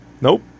Nope